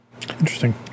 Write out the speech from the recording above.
Interesting